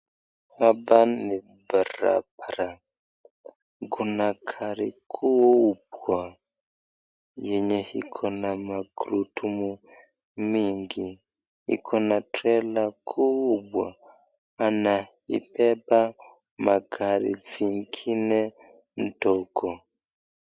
Hapa ni barabara, kuna gari kubwa yenye iko na magurudumu mingi, iko na trlela kubwa anaibeba magari zingine ndogo.